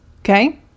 Okay